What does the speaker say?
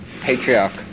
Patriarch